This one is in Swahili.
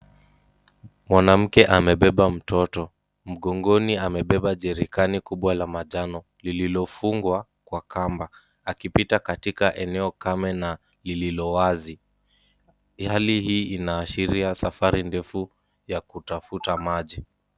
Mwanamke amebeba mtoto. Mgongoni amebeba jerikani kubwa la manjano lililofungwa kwa kamba akipita katika eneo kame na lililowazi. Hali hii inaashiria safari ndefu ya kutafuta maji.